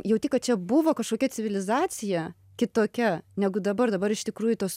jauti kad čia buvo kažkokia civilizacija kitokia negu dabar dabar iš tikrųjų tos